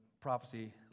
prophecy